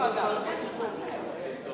באותו אגף.